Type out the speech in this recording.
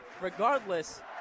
regardless